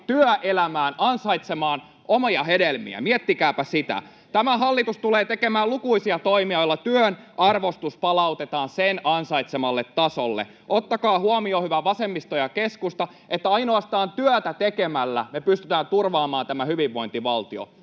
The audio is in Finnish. työelämään ansaitsemaan omia hedelmiään. Miettikääpä sitä. Tämä hallitus tulee tekemään lukuisia toimia, joilla työn arvostus palautetaan sen ansaitsemalle tasolle. Ottakaa huomioon, hyvä vasemmisto ja keskusta, että ainoastaan työtä tekemällä me pystytään turvaamaan tämä hyvinvointivaltio